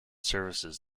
services